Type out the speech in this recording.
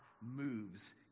moves